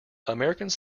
americans